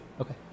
okay